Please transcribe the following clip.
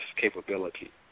capability